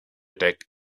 tech